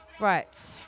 Right